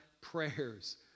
prayers